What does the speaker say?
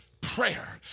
prayer